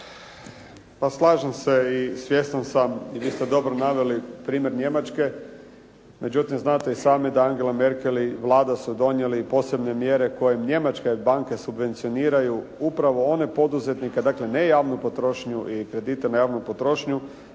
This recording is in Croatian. Pa slažem se i svjestan sam što ste dobro naveli primjer Njemačke, međutim znate i sami da Angeli Merkel su donijeli i posebne mjere koje njemačke banke subvencioniraju upravo one poduzetnike, dakle ne javnu potrošnju i kredite na javnu potrošnju,